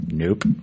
Nope